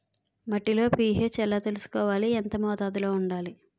మట్టిలో P H తెలుసుకోవాలి? ఎంత మోతాదులో వుండాలి?